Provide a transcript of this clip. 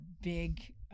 big